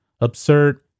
absurd